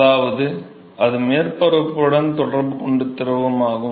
அதாவது அது மேற்பரப்புடன் தொடர்பு கொண்ட திரவமாகும்